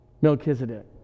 Melchizedek